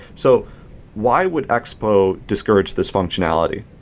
so why would expo discourage this functionality?